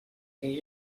que